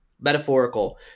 metaphorical